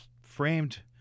framed